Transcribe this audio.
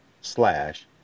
slash